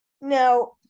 now